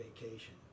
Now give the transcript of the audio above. Vacation